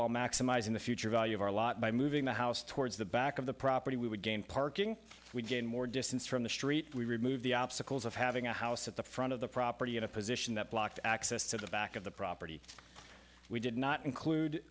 while maximizing the future value of our lot by moving the house towards the back of the property we would gain parking we gain more distance from the street we remove the obstacles of having a house at the front of the property at a position that blocked access to the back of the property we did not include